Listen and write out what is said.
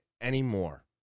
anymore